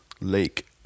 Lake